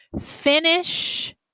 finish